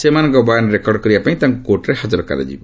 ସେମାନଙ୍କ ବୟାନ ରେକର୍ଡ଼ କରିବାପାଇଁ ତାଙ୍କୁ କୋର୍ଟରେ ହାକର କରାଯିବ